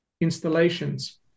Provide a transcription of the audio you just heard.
installations